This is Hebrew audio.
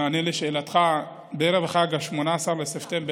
במענה על שאלתך, בערב החג, 18 בספטמבר,